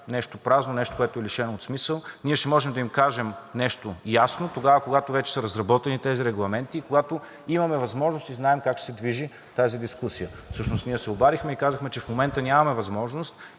нещо празно, нещо, което е лишено от смисъл. Ние ще можем да им кажем нещо ясно тогава, когато вече са разработени тези регламенти, когато имаме възможност и знаем как се движи тази дискусия. Всъщност ние се обадихме и казахме, че в момента нямаме възможност